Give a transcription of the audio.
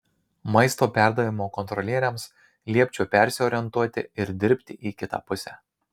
maisto perdavimo kontrolieriams liepčiau persiorientuoti ir dirbti į kitą pusę